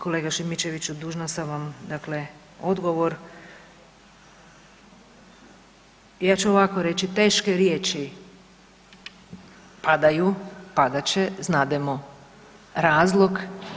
Kolega Šimičeviću dužna sam vam odgovor, ja ću ovako reći teške riječi padaju, padat će, znademo razlog.